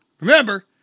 Remember